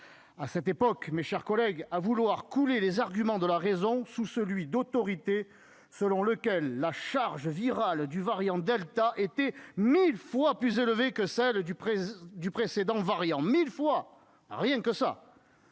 nombreux, mes chers collègues, à vouloir couler les arguments de la raison sous l'argument d'autorité selon lequel la charge virale du variant delta était « mille fois plus élevée que celle du précédent variant